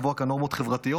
לקבוע כאן נורמות חברתיות.